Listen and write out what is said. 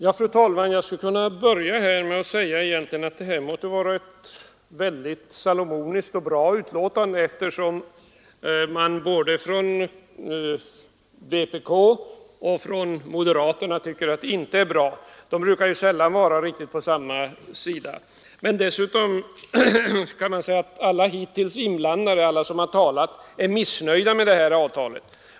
Fru talman! Jag kan inledningsvis framhålla att vi egentligen måste ha fått fram ett salomoniskt och bra betänkande, eftersom både vpk och moderaterna tycker att det inte är bra. De brukar ju sällan stå på samma sida. Men dessutom har alla hittillsvarande talare i debatten varit missnöjda med det träffade avtalet.